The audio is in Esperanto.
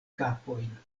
kapojn